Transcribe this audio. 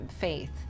faith